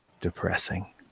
depressing